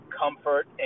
comfort